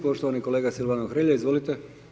Poštovani kolega Silvano Hrelja, izvolite.